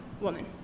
woman